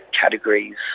categories